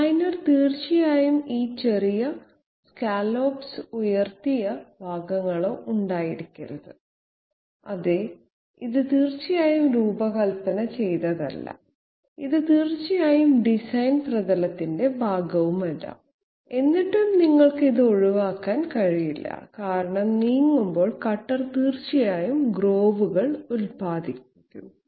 designer തീർച്ചയായും ഈ ചെറിയ സ്കല്ലോപ്പുകളോ ഉയർത്തിയ ഭാഗങ്ങളോ ഉണ്ടായിരിക്കരുത് അതെ ഇത് തീർച്ചയായും രൂപകൽപ്പന ചെയ്തതല്ല ഇത് തീർച്ചയായും ഡിസൈൻ പ്രതലത്തിന്റെ ഭാഗമല്ല എന്നിട്ടും നിങ്ങൾക്ക് ഇത് ഒഴിവാക്കാൻ കഴിയില്ല കാരണം നീങ്ങുമ്പോൾ കട്ടർ തീർച്ചയായും ഗ്രോവുകൾ ഉൽപ്പാദിപ്പിക്കും